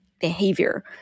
behavior